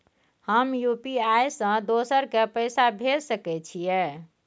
हम यु.पी.आई से दोसर के पैसा भेज सके छीयै?